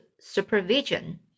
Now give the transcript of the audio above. supervision